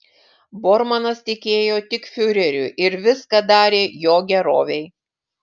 bormanas tikėjo tik fiureriu ir viską darė jo gerovei